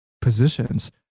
positions